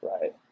Right